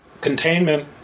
Containment